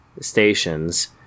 stations